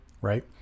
right